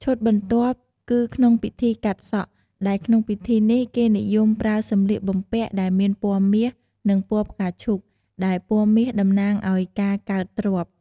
ឈុតបន្ទាប់គឺក្នុងពិធីកាត់សក់ ដែលក្នុងពិធីនេះគេនិយមប្រើសម្លៀកបំពាក់ដែលមានពណ៍មាស និងពណ៍ផ្កាឈូក ដែលពណ៍មាសតំណាងឲ្យការកើតទ្រព្យ។